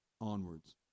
onwards